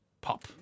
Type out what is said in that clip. pop